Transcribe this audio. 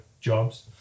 jobs